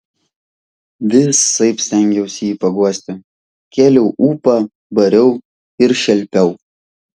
visaip stengiausi jį paguosti kėliau ūpą bariau ir šelpiau